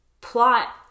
plot